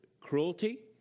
cruelty